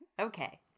Okay